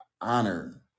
honor